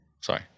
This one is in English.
Sorry